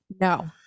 No